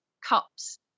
cups